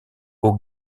aux